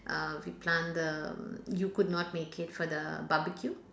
uh we plan the you could not make it for the barbecue